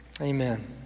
Amen